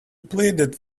pleaded